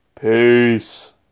Peace